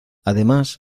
además